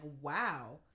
wow